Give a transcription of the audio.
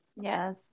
Yes